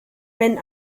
wenn